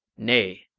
nay,